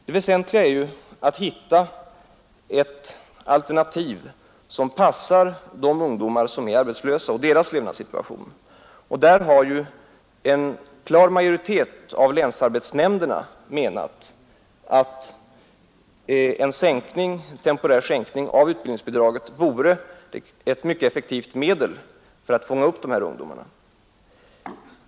Det väsentliga är ju att hitta ett alternativ som passar de ungdomar som är arbetslösa och deras levnadssituation, och där har en klar majoritet av länsarbetsnämnderna menat att en temporär sänkning av utbildningsbidraget vore ett mycket effektivt medel för att fånga upp de här ungdomarna.